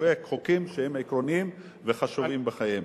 חוקים שהם עקרוניים וחשובים בחייהם.